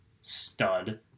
stud